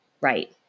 right